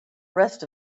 rest